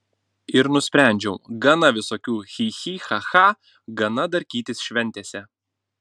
ir nusprendžiau gana visokių chi chi cha cha gana darkytis šventėse